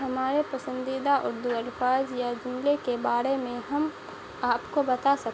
ہمارے پسندیدہ اردو الفاظ یا جملے کے بارے میں ہم آپ کو بتا سکتے